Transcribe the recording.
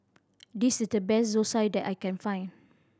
this is the best Zosui that I can find